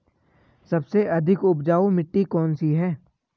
सबसे अधिक उपजाऊ मिट्टी कौन सी है?